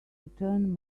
return